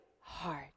Heart